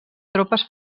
tropes